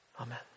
Amen